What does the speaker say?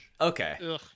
okay